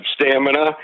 stamina